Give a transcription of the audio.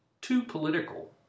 Too-political